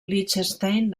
liechtenstein